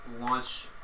launch